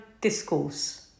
discourse